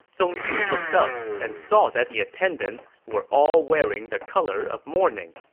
zong yu looked up and saw that the attendants were all wearing the color of mourning.